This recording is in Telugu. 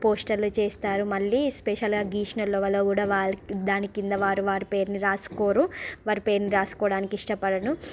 పోస్టర్లు చేస్తారు మళ్ళీ స్పెషల్గా గీసిన వారు ఎవరో కూడ వాళ్ళ దాని కింద వారు వారి పేరుని రాసుకోరు వారి పేరుని రాసుకోడానికి ఇష్టపడరు